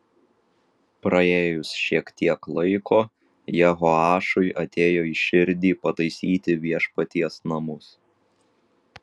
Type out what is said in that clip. praėjus šiek tiek laiko jehoašui atėjo į širdį pataisyti viešpaties namus